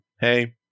hey